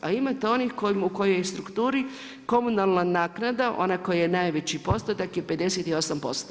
A imate i onih kojoj je strukturi komunalna naknada, ona koja je najveći postotak je 58%